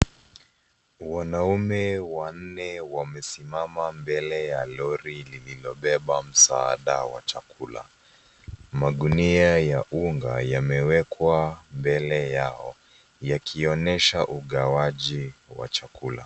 Wanaume wanne wamesimama mbele ya lori lililobeba msaada wa chakula . Magunia ya unga yamewekwa mbele yao yakionyesha ugawaji wa chakula.